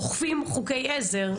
אוכפים חוקי עזר.